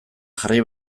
jarri